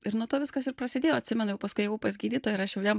ir nuo to viskas ir prasidėjo atsimenu jau paskui ėjau pas gydytoją ir aš jau jam